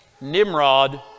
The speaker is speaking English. Nimrod